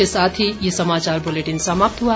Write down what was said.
इसके साथ ये समाचार बुलेटिन समाप्त हुआ